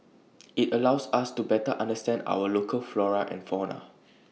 IT allows us to better understand our local flora and fauna